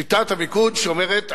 שיטת המיקוד שאומרת,